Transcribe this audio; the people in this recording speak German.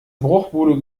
bruchbude